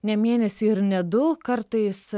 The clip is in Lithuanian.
ne mėnesį ir ne du kartais